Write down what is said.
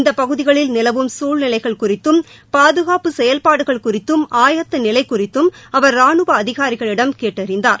இந்த பகுதிகளில் நிலவும் சூழ்நிலைகள் குறித்தும் பாதுகாப்பு செயல்பாடுகள் குறித்தும் ஆயத்த நிலை குறித்தும் அவர் ராணுவ அதிகாரிகளிடம் கேட்டறிந்தார்